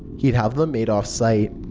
he'd have them made off-site.